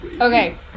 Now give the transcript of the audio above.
Okay